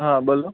હા બોલો